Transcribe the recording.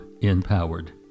empowered